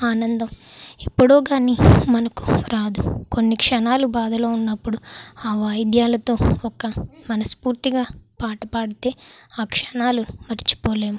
ఆనందం ఎప్పుడోగాని మనకు రాదు కొన్ని క్షణాలు బాధలో ఉన్నప్పుడు ఆ వాయిద్యాలతో ఒక మనస్ఫూర్తిగా పాట పాడితే ఆ క్షణాలు మర్చిపోలేము